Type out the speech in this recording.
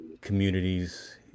communities